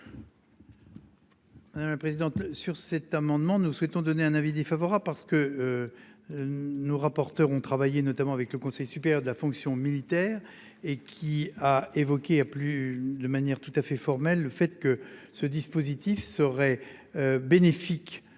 Madame la présidente sur cet amendement, nous souhaitons donner un avis défavorable, parce que. Nos rapporteurs ont travaillé, notamment avec le Conseil supérieur de la fonction militaire et qui a évoqué, a plus de manière tout à fait formel, le fait que ce dispositif serait. Bénéfique